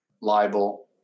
libel